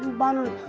and one.